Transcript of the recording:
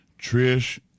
Trish